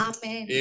Amen